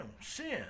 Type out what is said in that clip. sin